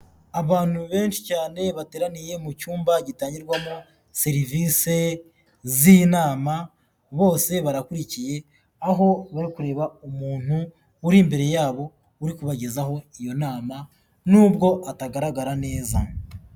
Abantu benshi cyane bateraniye mu cyumba gitangirwamo serivise z'inama bose barakurikiye, aho bari kureba umuntu uri imbere yabo uri kubagezaho iyo nama n'ubwo atagaragara neza.